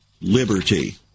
liberty